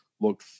looked